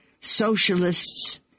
socialists